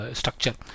structure